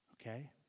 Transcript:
okay